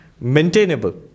maintainable